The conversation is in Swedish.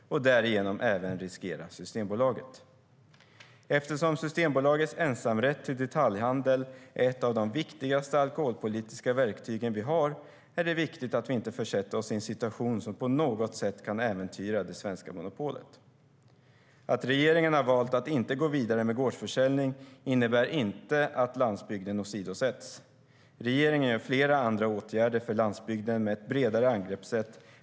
Därigenom riskeras även Systembolaget. Eftersom Systembolagets ensamrätt till detaljhandel är ett av de viktigaste alkoholpolitiska verktyg vi har är det viktigt att vi inte försätter oss i en situation som på något sätt kan äventyra det svenska monopolet. Att regeringen har valt att inte gå vidare med gårdsförsäljning innebär inte att landsbygden åsidosätts. Regeringen vidtar flera andra åtgärder för landsbygden med ett bredare angreppssätt.